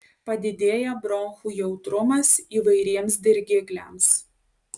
padidėja bronchų jautrumas įvairiems dirgikliams